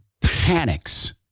panics